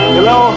Hello